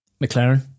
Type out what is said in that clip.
McLaren